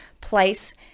place